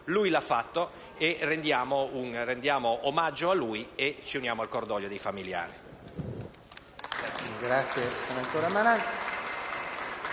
lui l'ha fatto. Rendiamo omaggio a lui e uniamoci al cordoglio dei familiari.